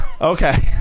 Okay